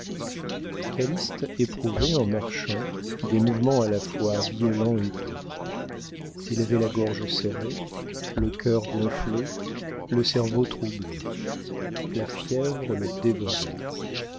séductions calyste éprouvait en marchant des mouvements à la fois violents et doux il avait la gorge serrée le cœur gonflé le cerveau troublé la fièvre le dévorait